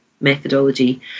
methodology